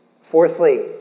Fourthly